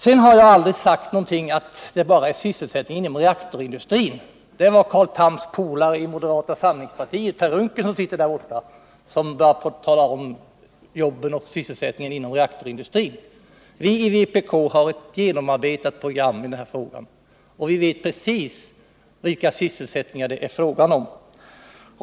Sedan har jag aldrig sagt att det bara handlar om sysselsättningen inom reaktorindustrin, utan det var Carl Thams polare i moderata samlingspartiet Per Unckel som började tala om sysselsättningen inom reaktorindustrin. Vii vpk har ett genomarbetat program i den här frågan och vet precis vilka sysselsättningar det är frågan om.